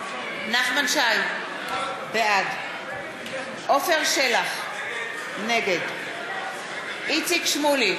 בעד עפר שלח, נגד איציק שמולי,